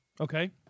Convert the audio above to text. Okay